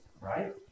right